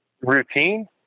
routine